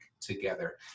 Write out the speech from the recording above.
together